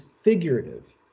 figurative